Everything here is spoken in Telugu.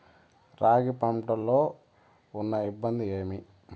రాగి పంటలో ఉన్న ఇబ్బంది ఏమి?